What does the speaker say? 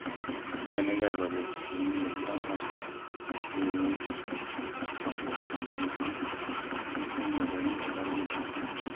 manager ᱵᱟᱹᱵᱩ ᱤᱧ ᱞᱩᱠᱠᱷᱤᱨᱟᱢ ᱦᱟᱸᱥᱫᱟ ᱤᱧ ᱟᱯᱮᱭᱟᱜ ᱠᱳᱢᱯᱟᱱᱤ ᱠᱷᱚᱱ ᱢᱤᱫᱴᱮᱡ ᱢᱳᱵᱟᱭᱤᱞ ᱤᱧ ᱚᱰᱟᱨ ᱞᱮᱫᱟ